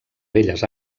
belles